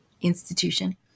institution